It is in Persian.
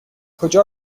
کجا